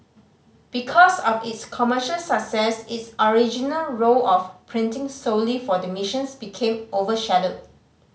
because of its commercial success its original role of printing solely for the missions became overshadowed